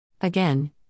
Again